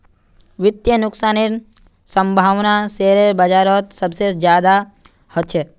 वित्तीय नुकसानेर सम्भावना शेयर बाजारत सबसे ज्यादा ह छेक